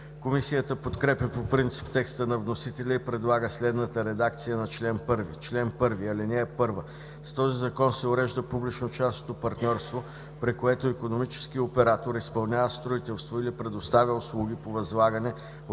Комисията подкрепя по принцип текста на вносителя и предлага следната редакция на чл. 1: „Чл. 1. (1) С този Закон се урежда публично-частното партньорство, при което икономически оператор изпълнява строителство или предоставя услуги по възлагане от